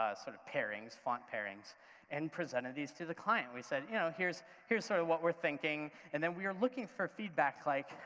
ah sort of pairings, font pairings and presented these to the client. and we said you know here's here's sort of what we're thinking, and then we were looking for feedback like,